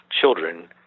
children